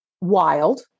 wild